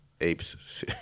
Apes